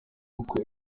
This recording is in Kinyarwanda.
uko